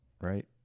right